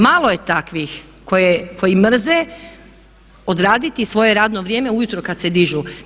Malo je takvih koji mrze odraditi svoje radno vrijeme ujutro kad se dižu.